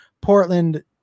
Portland